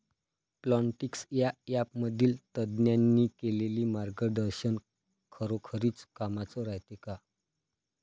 Plantix या ॲपमधील तज्ज्ञांनी केलेली मार्गदर्शन खरोखरीच कामाचं रायते का?